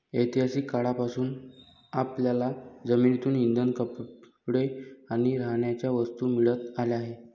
ऐतिहासिक काळापासून आपल्याला जमिनीतून इंधन, कपडे आणि राहण्याच्या वस्तू मिळत आल्या आहेत